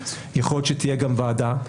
יכול להיות שתהיה גם ועדה,